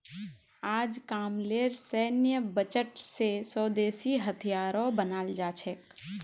अजकामलेर सैन्य बजट स स्वदेशी हथियारो बनाल जा छेक